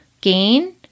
gain